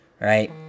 right